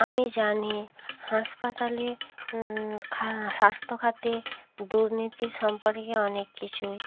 আমি জানি হাসপাতালে খা স্বাস্থ্যখাতে দুর্নীতি সম্পর্কে অনেক কিছুই